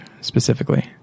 specifically